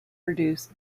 produce